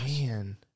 Man